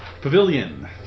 Pavilion